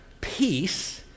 peace